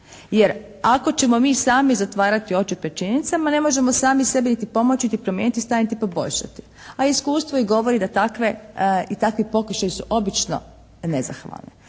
Jer ako ćemo mi sami zatvarati oči pred činjenicama, ne možemo sami sebi niti pomoći niti promijeniti stanje niti poboljšati. A iskustvo mi govori da takve i takvi pokušaji su obično nezahvalni.